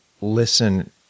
listen